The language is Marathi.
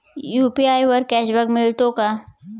यु.पी.आय वर कॅशबॅक मिळतो का?